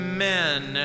Amen